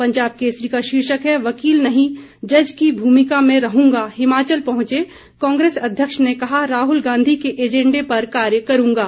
पंजाब केसरी का शीर्षक है वकील नहीं जज की भूमिका में रहूंगा हिमाचल पहुंचे कांग्रेस अध्यक्ष ने कहा राहुल गांधी के एजेंडे पर कार्य करूंगा